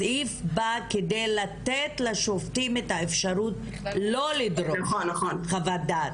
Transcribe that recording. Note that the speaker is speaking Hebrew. הסעיף בא כדי לתת לשופטים את האפשרות שלא לדרוש חוות דעת.